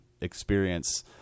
experience